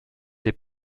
des